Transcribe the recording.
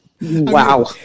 Wow